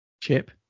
chip